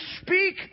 speak